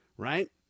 Right